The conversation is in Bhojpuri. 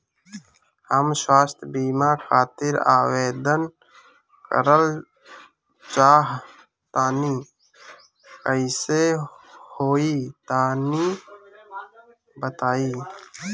हम स्वास्थ बीमा खातिर आवेदन करल चाह तानि कइसे होई तनि बताईं?